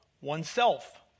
oneself